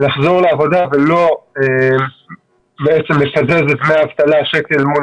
לחזור לעבודה ולא לקזז את דמי האבטלה שקל מול